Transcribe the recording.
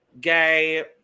Gay